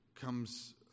comes